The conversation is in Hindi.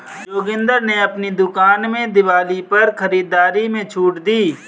जोगिंदर ने अपनी दुकान में दिवाली पर खरीदारी में छूट दी